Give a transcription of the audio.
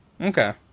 Okay